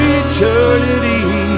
eternity